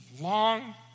long